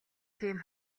тийм